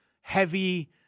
heavy